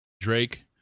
Drake